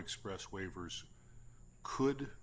express waivers could